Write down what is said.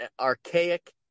archaic